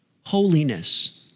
holiness